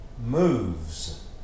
moves